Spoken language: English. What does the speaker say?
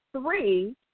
three